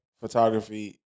photography